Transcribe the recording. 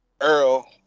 Earl